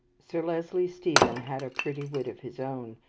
sir leslie stephen had a pretty wit of his own,